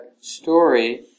story